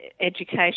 education